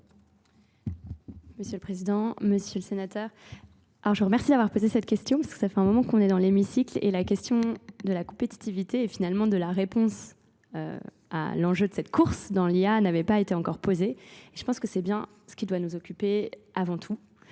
Monsieur le Président, Monsieur le Sénateur, je vous remercie d'avoir posé cette question parce que ça fait un moment qu'on est dans l'hémicycle et la question de la compétitivité et finalement de la réponse à l'enjeu de cette course dans l'IA n'avait pas été encore posée. Je pense que c'est bien ce qui doit nous occuper avant tout.